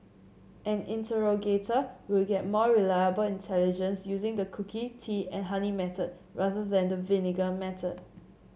an interrogator will get more reliable intelligence using the cookie tea and honey method rather than the vinegar method